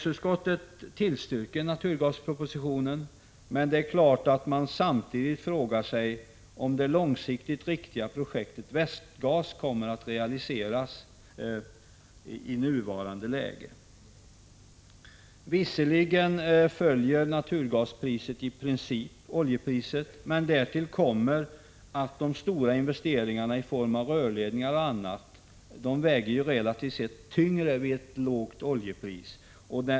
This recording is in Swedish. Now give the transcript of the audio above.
Utskottet tillstyrker naturgaspropositionen, men det är klart att utskottet samtidigt frågar sig om det långsiktigt riktiga projektet Västgas kommer att realiseras i nuvarande läge. Visserligen följer naturgaspriset i princip oljepriset, men de stora investeringarna i form av rörledningar o. d. väger relativt sett tyngre vid ett lägre oljepris.